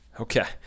Okay